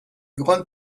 grande